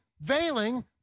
veiling